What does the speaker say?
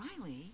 Riley